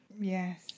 Yes